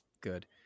good